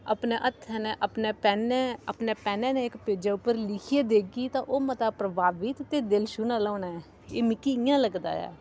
अपने हत्थै ने अपने पैनें अपने पैनें दे इक पेजै उप्पर लिखियै देगी तां ओह् मता प्रभावी ते दिल छूह्ने आह्ला होना ऐ एह् मिगी इ'यां लगदा ऐ